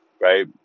right